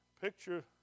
picture